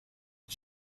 the